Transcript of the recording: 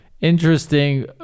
Interesting